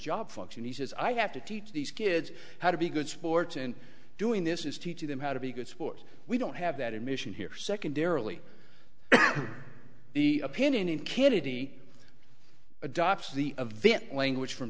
job function he says i have to teach these kids how to be good sports and doing this is teaching them how to be a good sport we don't have that admission here secondarily the opinion in canada adopts the a vet language from